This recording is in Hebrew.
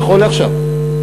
נכון לעכשיו.